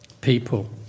people